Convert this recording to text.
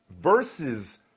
versus